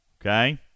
okay